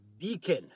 beacon